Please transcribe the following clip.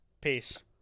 peace